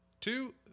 Two